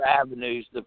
avenues